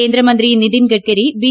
കേന്ദ്രമന്ത്രി നിതിൻ ഗഡ്കരിബി